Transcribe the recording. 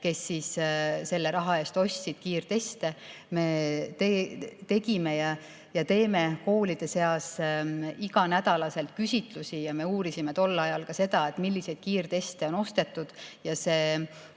kes siis selle raha eest ostsid kiirteste. Me tegime ja teeme koolide seas iga nädal küsitlusi. Ja me uurisime tol ajal ka seda, milliseid kiirteste on ostetud, ja see